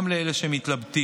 גם לאלה שמתלבטים,